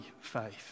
faith